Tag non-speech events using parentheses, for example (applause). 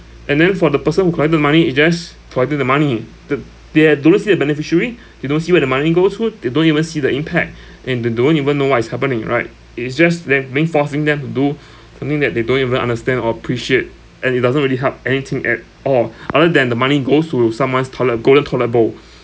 and then for the person who collect the money he just collected the money the they are do you see the beneficiary (breath) you don't see where the money goes to they don't even see the impact (breath) and they don't even know what is happening right it is just they being forcing them to do (breath) something that they don't even understand or appreciate and it doesn't really help anything at all (breath) other than the money goes to someone's toilet golden toilet bowl (breath)